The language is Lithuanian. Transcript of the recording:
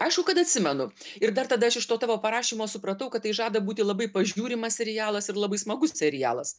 aišku kad atsimenu ir dar tada aš iš to tavo parašymo supratau kad tai žada būti labai pažiūrimas serialas ir labai smagus serialas